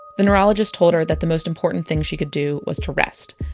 the neurologist told her that the most important thing she could do was to rest.